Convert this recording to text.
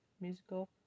musical